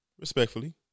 Respectfully